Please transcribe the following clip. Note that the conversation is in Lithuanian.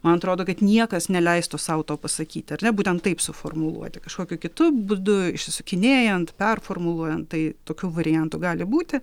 man atrodo kad niekas neleistų sau to pasakyt ar ne būtent taip suformuluoti kažkokiu kitu būdu išsisukinėjant performuluojant tai tokių variantų gali būti